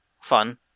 fun